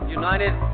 united